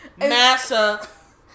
NASA